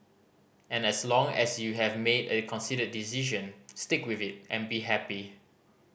and as long as you have made a considered decision stick with it and be happy